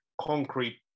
concrete